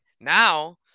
now